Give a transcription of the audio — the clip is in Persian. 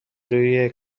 روی